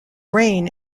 rain